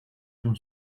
się